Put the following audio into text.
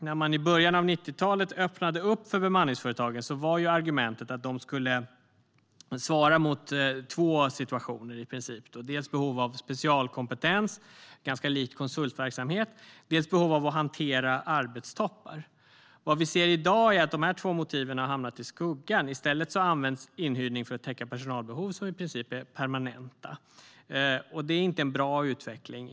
När man i början av 90-talet öppnade för bemanningsföretagen var argumentet att de skulle svara mot i princip två situationer, dels behov av specialkompetens, ganska likt konsultverksamhet, dels behov av att hantera arbetstoppar. Vad vi ser i dag är att dessa två motiv har hamnat i skuggan. I stället används inhyrning för att täcka personalbehov som i princip är permanenta. Det här är inte en bra utveckling.